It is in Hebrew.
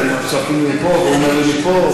אתם צועקים לי מפה והוא אומר לי מפה.